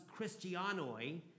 Christianoi